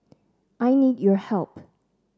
I need your help